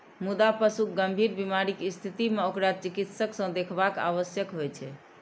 मुदा पशुक गंभीर बीमारीक स्थिति मे ओकरा चिकित्सक सं देखाएब आवश्यक होइ छै